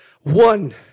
one